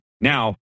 Now